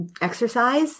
exercise